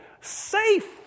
safe